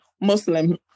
muslim